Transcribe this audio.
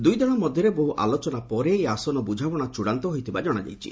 ଦୁଇ ଦଳ ମଧ୍ୟରେ ବହୁ ଆଲୋଚନା ପରେ ଏହି ଆସନ ବୁଝାମଣା ଚୂନାନ୍ତ ହୋଇଥିବା ଜଣାଯାଇଛି